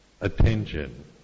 Attention